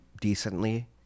decently